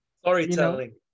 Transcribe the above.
Storytelling